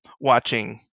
Watching